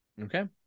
Okay